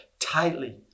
Tightly